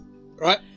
Right